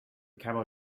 camel